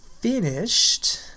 finished